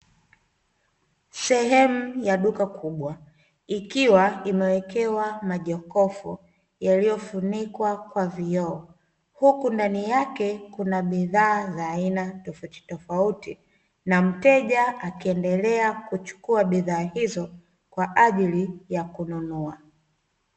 Sehemu ya duka kubwa ikiwa imewekewa majokofu yaliyofunikwa kwa vioo, huku ndani yake kuna bidhaa za aina tofautitofauti na mteja akiendelea kuchukua bidhaa hizo kwa ajili ya kununua.